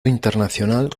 internacional